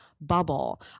bubble